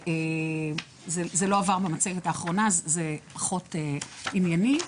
זה לא עבר במצגת האחרונה, אז זה פחות ענייני.